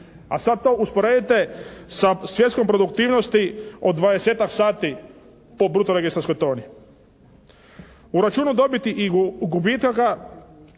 a sad to usporedite sa svjetskom produktivnosti od 20-tak sati po bruto registarskoj toni. U računu dobiti i gubitaka